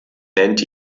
band